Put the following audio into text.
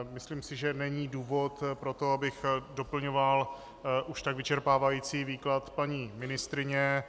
Myslím si, že není důvod pro to, abych doplňoval už tak vyčerpávající výklad paní ministryně.